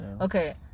Okay